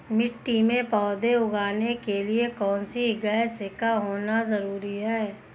मिट्टी में पौधे उगाने के लिए कौन सी गैस का होना जरूरी है?